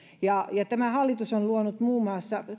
tämä hallitus on luonut muun muassa